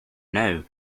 now